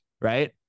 right